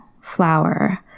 flower